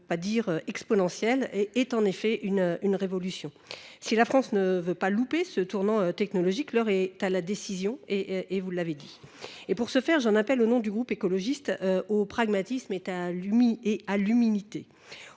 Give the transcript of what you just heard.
pas dire exponentiel, est en effet une révolution. Si la France ne veut pas louper ce tournant technologique, l'heure est à la décision et vous l'avez dit. Et pour ce faire, j'en appelle au nom du groupe écologiste au pragmatisme et à l'humilité.